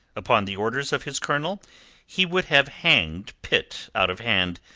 upon the orders of his colonel he would have hanged pitt out of hand,